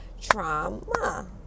Trauma